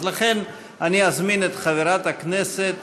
אז לכן אני אזמין את חברת הכנסת